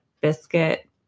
biscuit